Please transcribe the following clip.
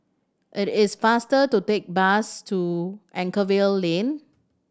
it is faster to take bus to Anchorvale Lane